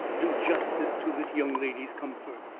do justice to this young lady's comfort.